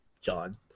John